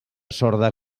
sorda